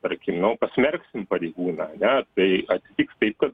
tarkim jau pasmerksim pareigūną ane atsitiks taip